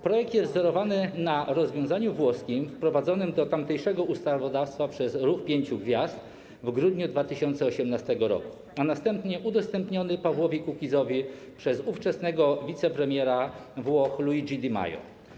Projekt jest wzorowany na rozwiązaniu włoskim wprowadzonym do tamtejszego ustawodawstwa przez Ruch Pięciu Gwiazd w grudniu 2018 r., a następnie udostępnionym Pawłowi Kukizowi przez ówczesnego wicepremiera Włoch Luigi Di Maio.